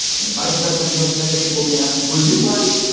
and the vice presidential candidate will be asked, were you right?